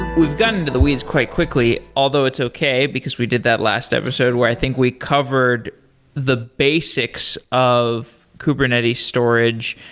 we've gone into the weeds quite quickly, although it's okay, because we did that last episode where i think we covered the basics of kubernetes storage.